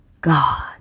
God